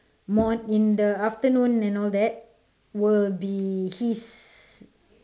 more in the afternoon and all that will be his